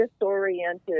disoriented